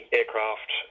aircraft